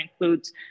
includes